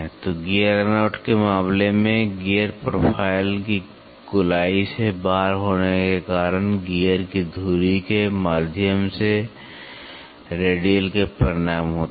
तो gear run out के मामले में गियर प्रोफाइल की गोलाई से बाहर होने के कारण गियर की धुरी के माध्यम से रेडियल का परिणाम होता है